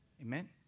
Amen